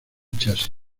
chasis